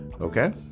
Okay